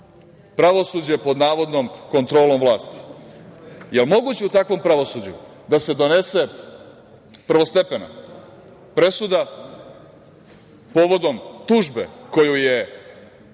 govorite. Pravosuđe pod navodnom kontrolom vlasti. Jel moguće u takvom pravosuđu da se donese prvostepena presuda povodom tužbe koju je